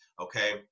okay